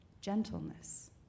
gentleness